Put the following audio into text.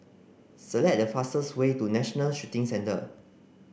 select the fastest way to National Shooting Centre